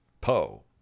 Poe